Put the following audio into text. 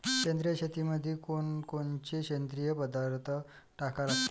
सेंद्रिय शेतीमंदी कोनकोनचे सेंद्रिय पदार्थ टाका लागतीन?